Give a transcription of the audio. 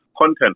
content